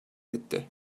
etti